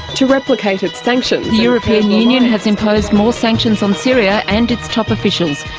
to replicate its sanctions. the european union has imposed more sanctions on syria and its top officials.